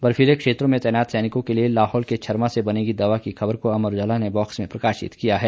बर्फीले क्षेत्रों में तैनात सैनिकों के लिए लाहौल के छरमा से बनेगी दवा की खबर को अमर उजाला ने बॉक्स में प्रकाशित किया है